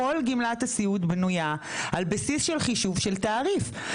כל גמלת הסיעוד בנויה על בסיס של חישוב של תעריף.